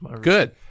good